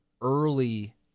early